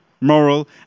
moral